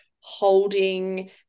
holding